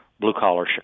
blue-collar